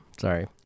sorry